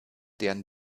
deren